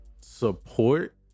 support